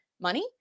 money